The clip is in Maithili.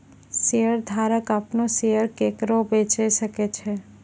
शेयरधारक अपनो शेयर केकरो बेचे सकै छै